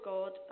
God